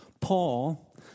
Paul